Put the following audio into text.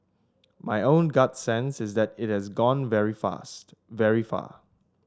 my own gut sense is that it has gone very fast very far